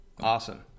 Awesome